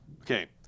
Okay